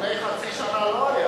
לפני חצי שנה לא היה.